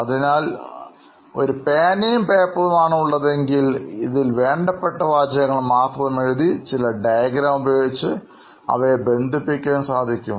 എന്നാൽ ഒരു പേനയും പേപ്പറും ആണ് ഉള്ളതെങ്കിൽ ഇതിൽ വേണ്ടപ്പെട്ട വാചകങ്ങൾ മാത്രം എഴുതി ചില ഡയഗ്രാം ഉപയോഗിച്ച് അവയെ ബന്ധിപ്പിക്കാൻ സാധിക്കും